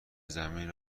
زمین